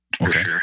Okay